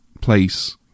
place